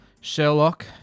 Sherlock